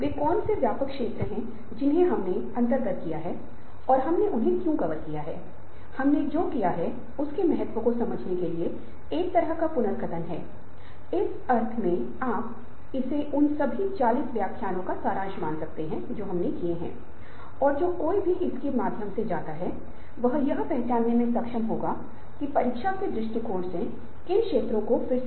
उस व्यक्ति की कहानी लीजिए जो मिलोनी में एक मूर्ति बना रहा था मिलोनी इटली में शहर है और मूर्तिकार एक शहर के कोने में मूर्ति बना रहा था पास में एक और मूर्तिकार खड़ा था उसने मूर्ति के निर्माता से पूछा आप इतना प्रयास क्यों कर रहे हैं और इसे लगातार कर रहे हैं और क्योंकि यह प्रतिमा शहर के कोने में स्थित है कोई भी इसे देखने नहीं आएगा तो प्रतिमा के निर्माता ने उत्तर दिया अगर मुझे यह नहीं दिखता है कम से कम भगवान इसे देख रहे है इसलिए मैं अपने विवेक के अनुसार काम करूंगा